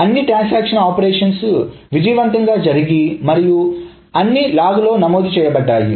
అన్ని ట్రాన్సాక్షన్ల ఆపరేషన్స్ విజయవంతంగా జరిగి మరియు అన్ని లాగ్ లో నమోదు చేయబడ్డాయి